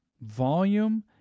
Volume